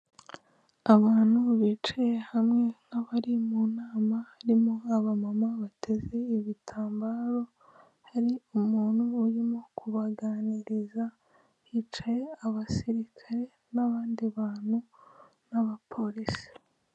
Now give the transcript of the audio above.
Abantu bicaye hamwe nk'abari mu nama harimo aba mama bateze ibitambaro; hari umuntu urimo kubaganiriza; hicaye abasirikare n'abandi bantu n'abapolisi.